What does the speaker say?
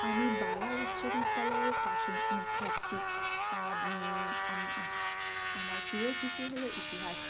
আমি বালা উচ্চবিদ্যালয়ের দশম শেণীর ছাত্রী আমার প্রিয় বিষয় হলো ইতিহাস